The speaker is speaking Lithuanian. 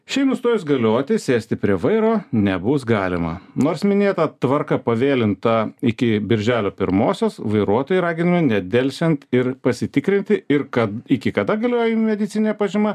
šiai nustojus galioti sėsti prie vairo nebus galima nors minėta tvarka pavėlinta iki birželio pirmosios vairuotojai raginami nedelsiant ir pasitikrinti ir kad iki kada galioja jų medicininė pažyma